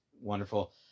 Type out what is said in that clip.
wonderful